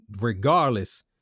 regardless